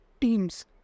teams